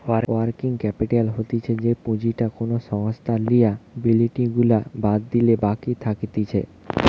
working capital হতিছে যেই পুঁজিটা কোনো সংস্থার লিয়াবিলিটি গুলা বাদ দিলে বাকি থাকতিছে